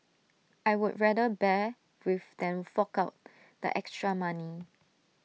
I would rather bear with than fork out the extra money